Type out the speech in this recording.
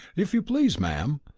if you please, ma'am,